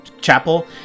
chapel